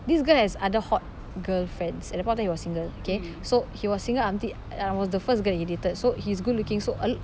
this guy has other hot girlfriends at that point of time he was single okay so he was single until I was the first girl that he dated so he's good looking so a